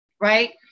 right